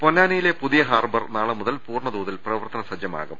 പൊന്നാനിയിലെ പുതിയ ഹാർബർ നാളെ മുതൽ പൂർണതോ തിൽ പ്രവർത്തനസജ്ജമാകും